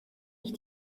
ich